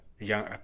Young